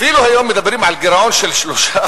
אפילו היום מדברים על גירעון של 3%,